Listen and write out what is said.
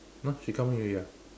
!huh! she come in already ah